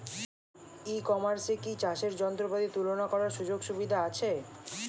ই কমার্সে কি চাষের যন্ত্রপাতি তুলনা করার সুযোগ সুবিধা আছে?